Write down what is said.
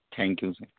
thank you sir